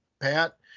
pat